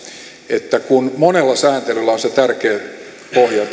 että kun monella sääntelyllä on se tärkeä pohja